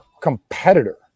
competitor